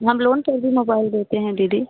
हम लोन पर भी मोबाइल देते हैं दीदी